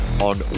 on